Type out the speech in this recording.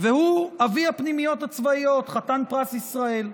והוא אבי הפנימיות הצבאיות, חתן פרס ישראל.